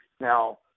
Now